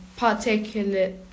particularly